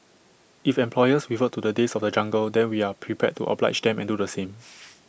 if employers revert to the days of the jungle then we are prepared to oblige them and do the same